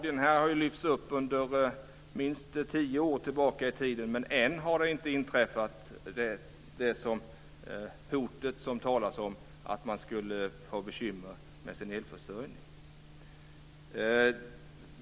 Den har tagits upp under minst tio år tillbaka i tiden, men än har inte hotet inträffat som det talas om, att man skulle ha bekymmer med sin elförsörjning.